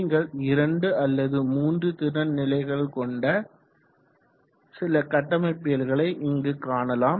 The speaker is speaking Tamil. நீங்கள் இரண்டு அல்லது மூன்று திறன் நிலைகளை கொண்ட சில கட்டமைப்பியல்களை இங்கு காணலாம்